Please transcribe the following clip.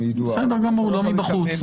לא מבחוץ.